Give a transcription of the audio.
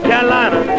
Carolina